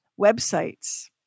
Websites